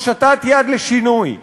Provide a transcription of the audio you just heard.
הושטת יד לשינוי.